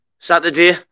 Saturday